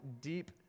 deep